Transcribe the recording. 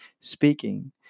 speaking